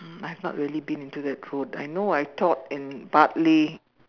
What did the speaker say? um I have not really been into that road I know I taught in Bartley